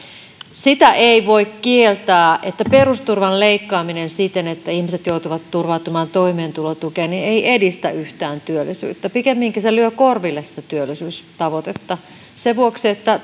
sitä ei voi kieltää että perusturvan leikkaaminen siten että ihmiset joutuvat turvautumaan toimeentulotukeen ei edistä yhtään työllisyyttä pikemminkin se lyö korville sitä työllisyystavoitetta sen vuoksi että